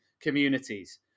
communities